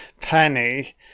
Penny